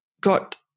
got